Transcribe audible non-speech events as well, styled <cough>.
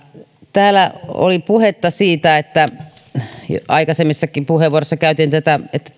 täällä oli puhetta aikaisemmissakin puheenvuoroissa siitä että <unintelligible>